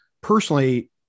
personally